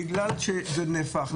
בגלל שזה נהפך.